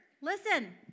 listen